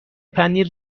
پنیر